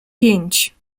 pięć